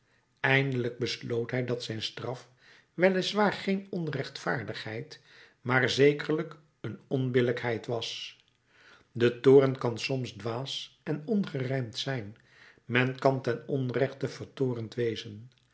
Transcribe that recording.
eindelijk besloot hij dat zijn straf wel is waar geen onrechtvaardigheid maar zekerlijk een onbillijkheid was de toorn kan soms dwaas en ongerijmd zijn men kan ten onrechte vertoornd wezen